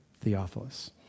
Theophilus